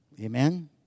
Amen